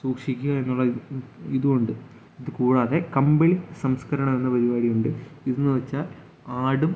സൂക്ഷിക്കുക എന്നുള്ള ഇതുമുണ്ട് അതുകൂടാതെ കമ്പയിൽ സംസ്കരണമെന്ന പരിപാടിയുണ്ട്